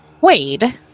Wade